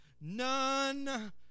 none